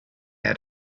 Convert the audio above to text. had